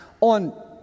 on